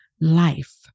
life